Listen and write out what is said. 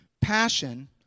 Passion